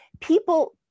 people